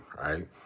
right